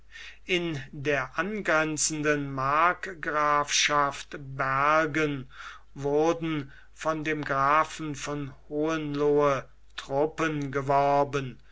in der angrenzenden markgrafschaft bergen wurden von dem grafen von hohenlohe truppen geworben